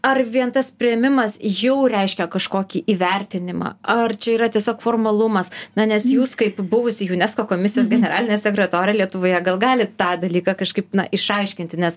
ar vien tas priėmimas jau reiškia kažkokį įvertinimą ar čia yra tiesiog formalumas na nes jūs kaip buvusi unesco komisijos generalinė sekretorė lietuvoje gal gali tą dalyką kažkaip na išaiškinti nes